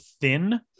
thin